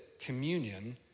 communion